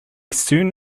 soon